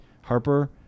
Harper